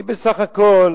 היא בסך הכול